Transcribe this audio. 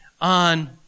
on